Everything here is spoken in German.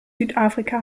südafrika